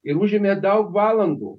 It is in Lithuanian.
ir užėmė daug valandų